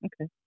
okay